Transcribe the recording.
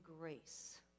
grace